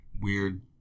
weird